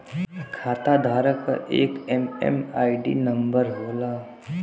खाताधारक क एक एम.एम.आई.डी नंबर होला